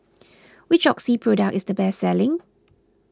which Oxy product is the best selling